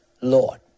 Lord